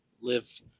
live